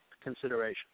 consideration